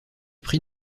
prix